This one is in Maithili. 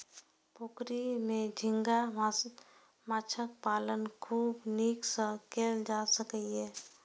पोखरि मे झींगा माछक पालन खूब नीक सं कैल जा सकैए